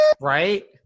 Right